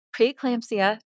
Preeclampsia